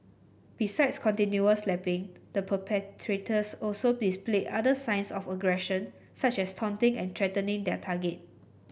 besides continual slapping the perpetrators also displayed other signs of aggression such as taunting and threatening their target